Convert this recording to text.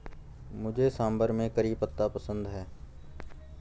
मुझे सांभर में करी पत्ता पसंद है